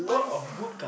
Mazda